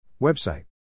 website